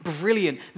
Brilliant